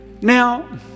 now